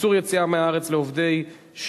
אין נמנעים.